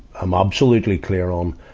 am absolutely clear on,